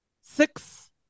Six